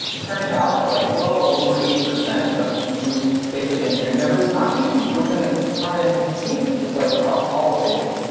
it turned out that like well over eighty percent of new facebook engineering members not even within the frontend team just like across all of facebook.